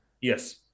Yes